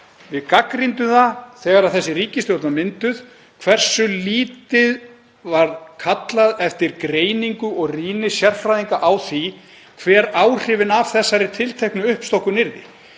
Við gagnrýndum það þegar þessi ríkisstjórn var mynduð hversu lítið var kallað eftir greiningu og rýni sérfræðinga á því hver áhrifin af þessari tilteknu uppstokkun yrðu,